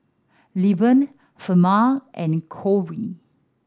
Lilburn Ferman and Cory